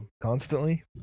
constantly